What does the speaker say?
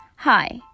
Hi